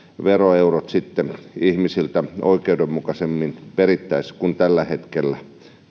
veroeurot sitten ihmisiltä oikeudenmukaisemmin perittäisiin kuin tällä hetkellä